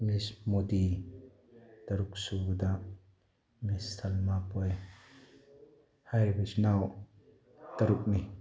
ꯃꯤꯁ ꯃꯣꯗꯤ ꯇꯔꯨꯛ ꯁꯨꯕꯗ ꯃꯤꯁ ꯁꯜꯃꯥ ꯄꯣꯛꯑꯦ ꯍꯥꯏꯔꯤꯕ ꯏꯆꯤꯟꯅꯥꯎ ꯇꯔꯨꯛꯅꯤ